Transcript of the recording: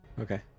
Okay